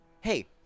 Hey